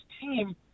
team